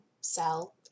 sell